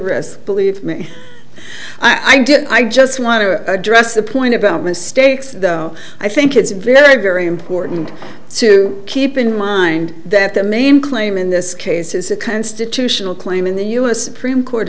press believe me i did i just want to address the point about mistakes though i think it's very very important to keep in mind that the main claim in this case is a constitutional claim in the u s supreme court